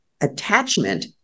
attachment